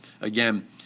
again